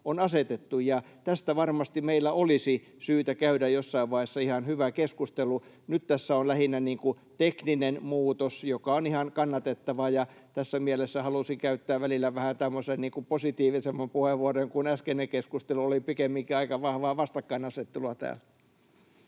on asetettu, ja tästä varmasti meillä olisi syytä käydä jossain vaiheessa ihan hyvä keskustelu. Nyt tässä on lähinnä tekninen muutos, joka on ihan kannatettava. Tässä mielessä halusin välillä käyttää vähän tämmöisen positiivisemman puheenvuoron, kun äskeinen keskustelu oli pikemminkin aika vahvaa vastakkainasettelua täällä.